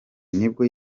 nibwo